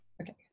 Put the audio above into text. Okay